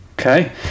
Okay